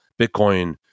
bitcoin